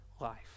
life